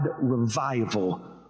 revival